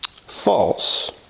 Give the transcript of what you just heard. false